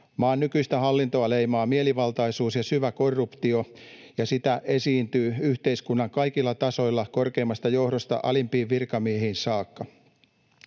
Maan nykyistä hallintoa leimaa mielivaltaisuus ja syvä korruptio, ja sitä esiintyy yhteiskunnan kaikilla tasoilla korkeimmasta johdosta alimpiin virkamiehiin saakka.